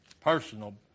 Personal